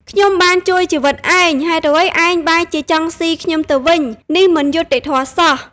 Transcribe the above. ខ្ញុំបានជួយជីវិតឯង ហេតុអ្វីឯងបែរជាចង់ស៊ីខ្ញុំទៅវិញ? នេះមិនយុត្តិធម៌សោះ!